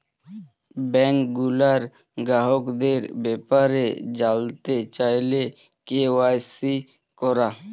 bank গুলার গ্রাহকদের ব্যাপারে জালতে চাইলে কে.ওয়াই.সি ক্যরা